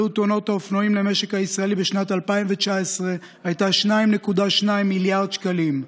עלות תאונות האופנועים למשק הישראלי בשנת 2019 הייתה 2.2 מיליארד שקלים.